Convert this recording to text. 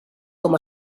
com